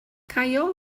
caio